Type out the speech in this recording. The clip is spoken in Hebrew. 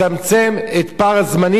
ואני אומר לך מתוך ידיעה.